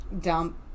dump